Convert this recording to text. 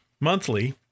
monthly